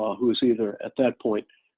who is either, at that point,